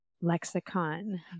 lexicon